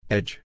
Edge